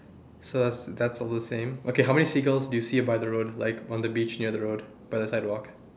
so that's that's all the same okay how many seagulls do you see by the road like on the beach near the road by the sidewalk